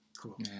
Cool